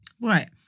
Right